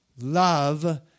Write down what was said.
love